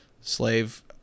slave